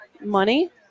Money